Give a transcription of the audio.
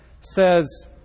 says